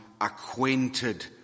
acquainted